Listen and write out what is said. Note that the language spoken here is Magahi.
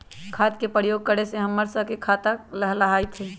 खाद के प्रयोग करे से हम्मर स के खेतवा लहलाईत हई